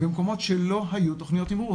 במקומות שלא היו תכניות תמרור.